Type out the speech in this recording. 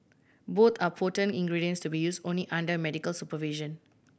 both are potent ingredients to be used only under medical supervision